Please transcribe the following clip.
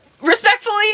respectfully